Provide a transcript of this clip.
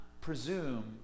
presume